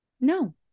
No